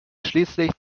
schließlich